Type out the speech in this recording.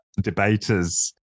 debaters